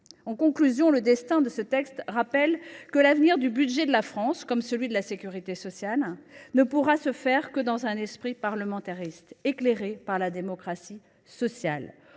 En conclusion, le destin de ce texte rappelle que l’avenir du budget de la France, comme celui de la sécurité sociale, ne se fera que dans un esprit de parlementarisme éclairé par la démocratie sociale.